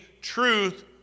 truth